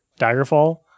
Daggerfall